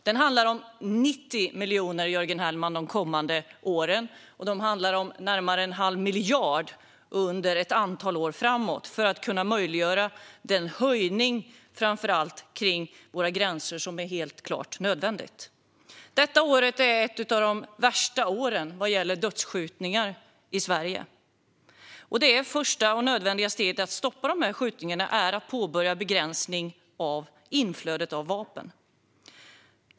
Det handlar om 90 miljoner de kommande åren, Jörgen Hellman, och närmare en halv miljard under ett antal år framåt för att möjliggöra den höjning för våra gränser som helt klart är nödvändig. Detta år är ett av de värsta åren vad gäller dödsskjutningar i Sverige. Det första och nödvändiga steget för att stoppa de skjutningarna är att påbörja en begränsning av inflödet av vapen.